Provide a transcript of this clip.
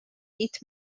bit